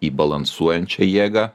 į balansuojančią jėgą